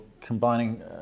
combining